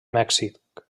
mèxic